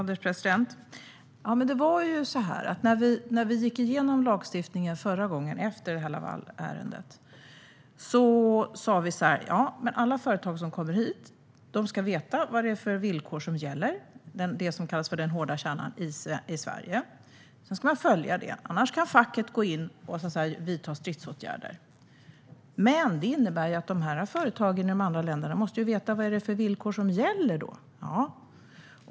Herr ålderspresident! När vi gick igenom lagstiftningen efter Lavalärendet sa vi att alla företag som kommer hit ska veta vilka villkor som gäller i Sverige, den så kallade hårda kärnan. Följer man inte detta kan facket gå in och vidta stridsåtgärder. Detta innebär att företagen i de andra länderna måste få veta vilka villkor som gäller.